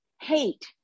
hate